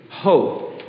hope